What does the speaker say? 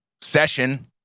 session